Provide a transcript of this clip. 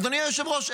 אדוני היושב-ראש,